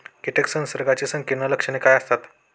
कीटक संसर्गाची संकीर्ण लक्षणे काय असतात?